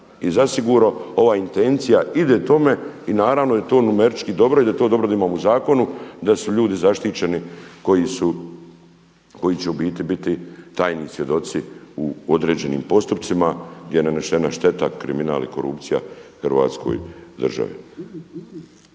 i zasigurno ova intencija ide tome i naravno da je to numerički dobro i da je to dobro da imamo u zakonu da su ljudi zaštićeni koji će u biti biti tajni svjedoci u određenim postupcima gdje je nanesena šteta kriminal i korupcija Hrvatskoj državi.